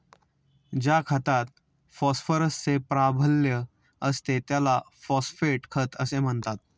ज्या खतात फॉस्फरसचे प्राबल्य असते त्याला फॉस्फेट खत असे म्हणतात